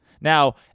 Now